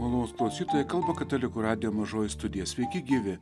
malonūs klausytojai kalba katalikų radijo mažoji studija sveiki gyvi